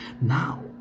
Now